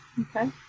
Okay